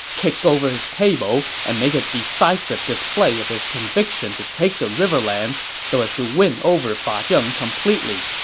kick over his table, and make a decisive display of his conviction to take the riverlands so as to win over fa zheng completely.